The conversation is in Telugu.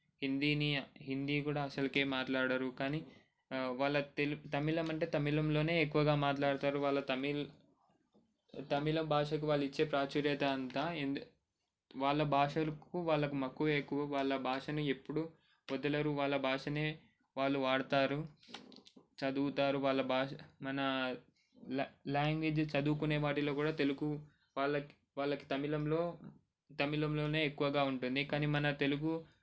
హిందీని హిందీ కూడా అసలుకే మాట్లాడరు కానీ వాళ్ళ తెలుపు తమిళం అంటే తమిళంలోనే ఎక్కువగా మాట్లాడుతారు వాళ్లు తమిళ్ తమిళం భాషకు వాళ్లు ఇచ్చే ప్రాచుర్యం అంతా ఎందుకంటే వాళ్ల భాషలకు వాళ్లకు మక్కువ ఎక్కువ వాళ్ళ భాషను ఎప్పుడూ వదలరు వాళ్ళ భాషనే వాళ్ళు వాడతారు చదువుతారు వాళ్ళ భాష మన లాం లాంగ్వేజ్ చదువుకునే వాటిల్లో కూడా తెలుగు వాళ్లకి వాళ్లకి తమిళంలో తమిళంలోనే ఎక్కువగా ఉంటుంది కానీ మన తెలుగు